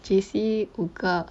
J_C 五个